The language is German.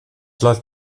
läuft